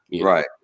Right